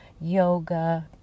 yoga